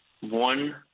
One